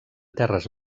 terres